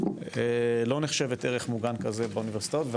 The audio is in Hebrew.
לא נחשבת ערך מוגן כזה באוניברסיטאות.